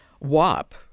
WAP